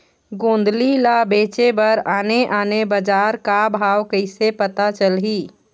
गोंदली ला बेचे बर आने आने बजार का भाव कइसे पता चलही?